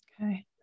Okay